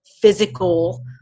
physical